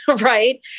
right